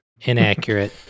Inaccurate